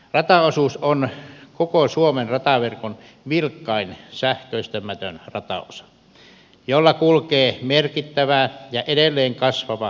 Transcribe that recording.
rataosuus on koko suomen rataverkon vilkkain sähköistämätön rataosa jolla kulkee merkittävä ja edelleen kasvava liikennemäärä